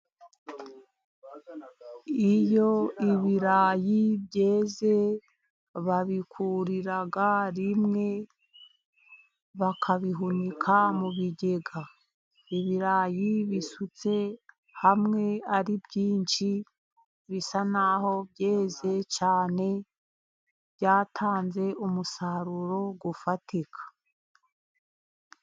Iyo ibirayi byeze babikurira rimwe bakabihunika mu bigega. Ibirayi bisutse hamwe ari byinshi bisa nk'aho byeze cyane, byatanze umusaruro ufatika.